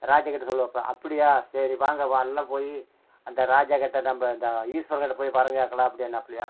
ராஜா கிட்டே சொல்லுவாப்பில அப்படியா சரி வாங்க வா எல்லாம் போய் அந்த ராஜா கேட்ட நம்ம இந்த ஈஸ்வரன் கிட்டே போய் வரம் கேட்கலாம் அப்படினாப்பிலியாம்